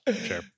Sure